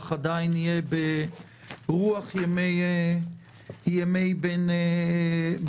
אבל עדיין יהיה ברוח ימי בין המצרים,